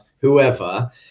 whoever